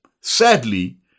sadly